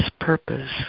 purpose